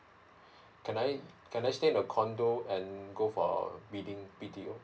can I can I stay in a condo and go for bidding B T O